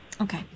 Okay